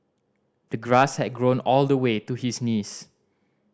the grass had grown all the way to his knees